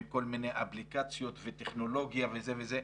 עם כל מיני אפליקציות וטכנולוגיה וזה וזה.